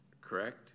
correct